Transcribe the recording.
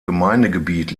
gemeindegebiet